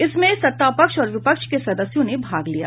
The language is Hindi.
इसमें सत्तापक्ष और विपक्ष के सदस्यों ने भाग लिया